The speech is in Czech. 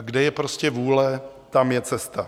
Kde je prostě vůle, tam je cesta.